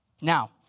Now